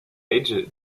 age